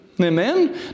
Amen